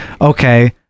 okay